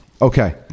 Okay